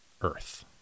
Earth